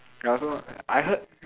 ya also I heard